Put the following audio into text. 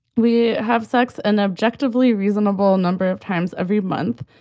we have sex an objectively reasonable number of times every month.